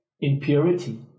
impurity